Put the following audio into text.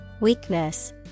weakness